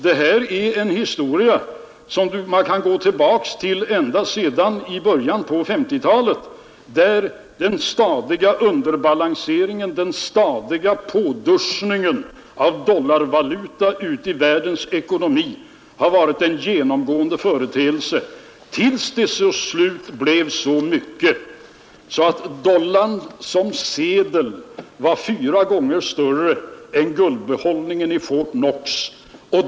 Det här är en historia som man kan följa tillbaka i tiden ända till början av 1950-talet, där den stadiga underbalanseringen, den stadiga påduschningen av dollarvalutan i världsekonomin varit en genomgående företeelse, tills det slutligen blev så mycket att mängden dollarsedlar var fyra gånger större än guldbehållningen i Fort Knox.